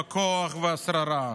הכוח והשררה.